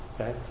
Okay